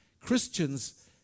Christians